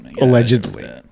allegedly